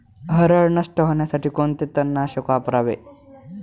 हरळ नष्ट होण्यासाठी कोणते तणनाशक वापरावे?